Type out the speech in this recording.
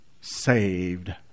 saved